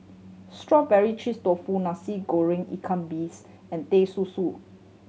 strawberry cheese tofu Nasi Goreng ikan bilis and Teh Susu